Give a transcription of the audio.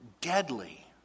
deadly